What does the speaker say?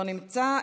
לא נמצא,